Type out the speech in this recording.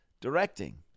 directing